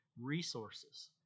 resources